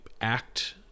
act